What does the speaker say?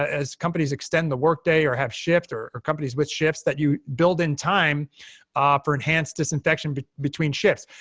as companies extend the workday or have shifts or or companies with shifts, that you build in time um for enhanced disinfection but between shifts.